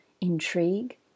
intrigue